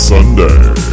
Sunday